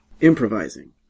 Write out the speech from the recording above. Improvising